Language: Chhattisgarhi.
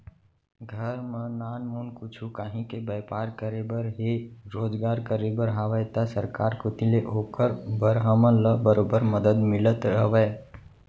घर म नानमुन कुछु काहीं के बैपार करे बर हे रोजगार करे बर हावय त सरकार कोती ले ओकर बर हमन ल बरोबर मदद मिलत हवय